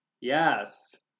Yes